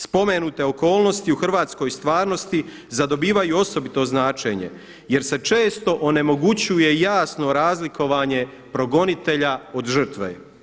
Spomenute okolnosti u hrvatskoj stvarnosti zadobivaju osobito značenje jer se često onemogućuje jasno razlikovanje progonitelja od žrtve.